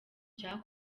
cya